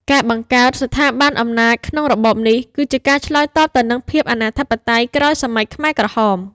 ការបង្កើតស្ថាប័នអំណាចក្នុងរបបនេះ គឺជាការឆ្លើយតបទៅនឹងភាពអនាធិបតេយ្យក្រោយសម័យខ្មែរក្រហម។